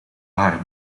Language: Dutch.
haar